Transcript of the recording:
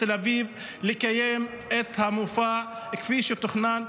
תל אביב לקיים את המופע כפי שתוכנן.